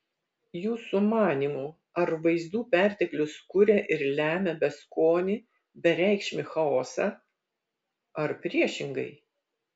jūsų manymu ar vaizdų perteklius kuria ir lemia beskonį bereikšmį chaosą ar priešingai